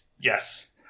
Yes